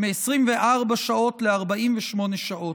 מ-24 שעות ל-48 שעות.